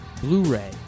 Blu-ray